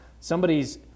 Somebody's